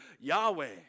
Yahweh